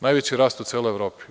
Najveći rast u celoj Evropi.